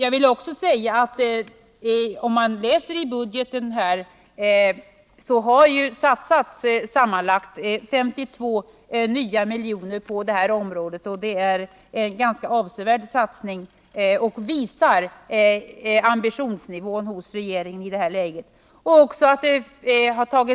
Av propositionen framgår att det har satsats sammanlagt 52 nya miljoner på detta område. Det är en ganska avsevärd satsning som visar ambitionsnivån hos regeringen.